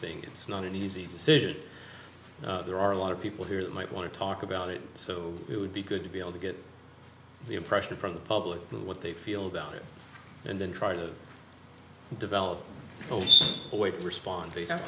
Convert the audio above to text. thing it's not an easy decision there are a lot of people here that might want to talk about it so it would be good to be able to get the impression from the public what they feel about it and then try to develop tools a way to respond